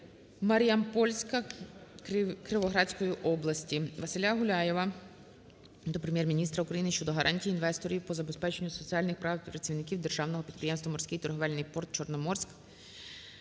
"Маріампольська" Кіровоградської області. Василя Гуляєва до Прем'єр-міністра України щодо гарантій інвесторів по забезпеченню соціальних прав працівників Державного підприємства "Морський торговельний порт "Чорноморськ",